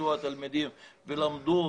והתלמידים באו ולמדו.